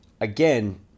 again